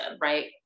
right